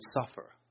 suffer